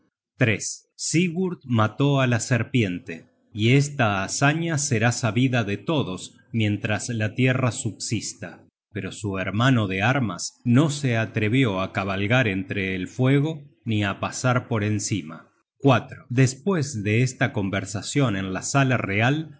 reginn sigurd mató á la serpiente y esta hazaña será sabida de todos mientras la tierra subsista pero su hermano de armas no se atrevió á cabalgar entre el fuego ni á pasar por encima despues de esta conversacion en la sala real